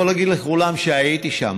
אני יכול להגיד לכולם שהייתי שם,